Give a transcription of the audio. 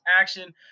action